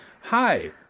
hi